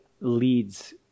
leads